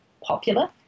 popular